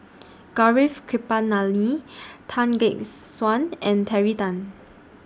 Gaurav Kripalani Tan Gek Suan and Terry Tan